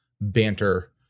banter